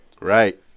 Right